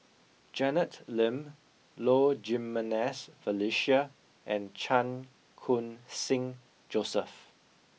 Janet Lim Low Jimenez Felicia and Chan Khun Sing Joseph